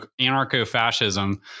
anarcho-fascism